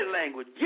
language